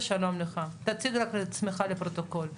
בסוף כל תעשיין או כל בעל עסק עושה את השיקול הכלכלי שלו והוא ממדל,